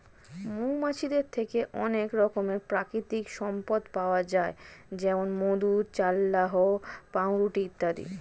মৌমাছিদের থেকে অনেক রকমের প্রাকৃতিক সম্পদ পাওয়া যায় যেমন মধু, চাল্লাহ্ পাউরুটি ইত্যাদি